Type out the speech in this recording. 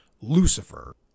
Lucifer